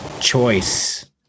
choice